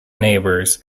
neighbors